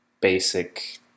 basic